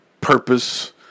purpose